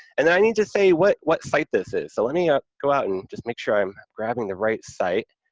and then i need to say what what site this is. so, let me yeah go out and just make sure i'm grabbing the right site,